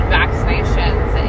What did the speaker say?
vaccinations